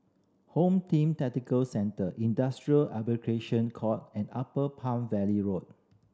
Home Team Tactical Centre Industrial Arbitration Court and Upper Palm Valley Road